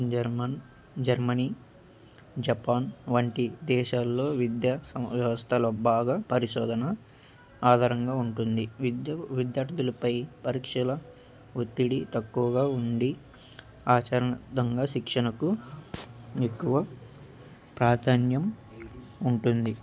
German Germany Japan వంటి దేశాల్లో విద్యా స వ్యవస్థలో బాగా పరిశోధన ఆధరంగా ఉంటుంది విద్య విద్యార్థులపై పరీక్షల ఒత్తిడి తక్కువగా ఉండి ఆచరణయుతంగా శిక్షణకు ఎక్కువ ప్రాధాన్యం ఉంటుంది